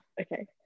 okay